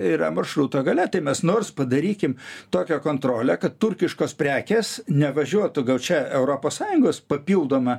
yra maršruto gale tai mes nors padarykim tokią kontrolę kad turkiškos prekės nevažiuotų gal čia europos sąjungos papildoma